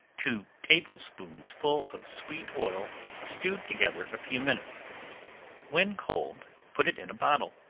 two table-spoonsful of sweet oil stewed together a few minutes when cold put it in a bottle,